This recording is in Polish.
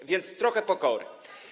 A więc trochę pokory.